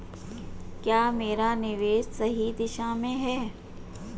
क्या मेरा निवेश सही दिशा में है?